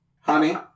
honey